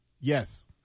Yes